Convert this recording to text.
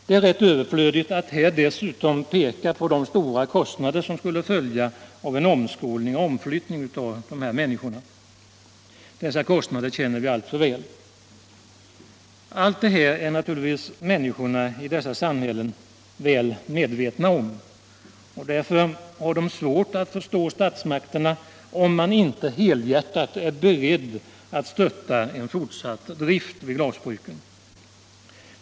Det är överflödigt att här dessutom peka på de stora kostnader som skulle följa av en omskolning och omflyttning av människorna. Dessa kostnader känner vi alltför väl. Allt detta är naturligtvis människorna i dessa samhällen väl medvetna om. Därför har de svårt att förstå statsmakterna om dessa inte är beredda att helhjärtat stötta en fortsatt drift vid glasbruken.